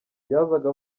yazaga